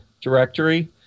directory